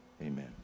Amen